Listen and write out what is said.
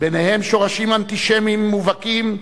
ביניהם שורשים אנטישמיים מובהקים,